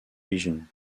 region